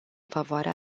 favoarea